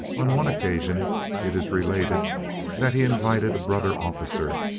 on one occasion it is related that he invited a brother officer,